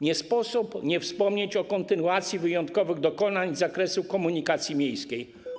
Nie sposób nie wspomnieć o kontynuacji wyjątkowych dokonań z zakresu komunikacji miejskiej.